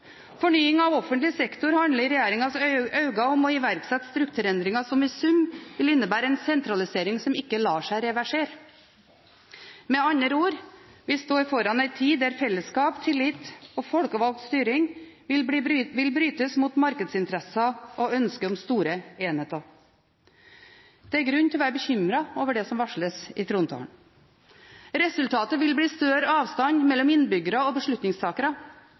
Fornying av offentlig sektor handler i regjeringens øyne om å iverksette strukturendringer som i sum vil innebære en sentralisering som ikke lar seg reversere. Med andre ord: Vi står foran en tid der fellesskap, tillit og folkevalgt styring vil brytes mot markedsinteresser og et ønske om store enheter. Det er grunn til å være bekymret over det som varsles i trontalen. Resultatet vil bli større avstand mellom innbyggere og beslutningstakere,